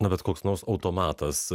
na bet koks nors automatas